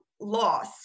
loss